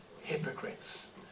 hypocrites